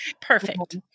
Perfect